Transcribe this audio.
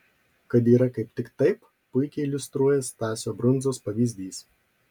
kad yra kaip tik taip puikiai iliustruoja stasio brundzos pavyzdys